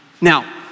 Now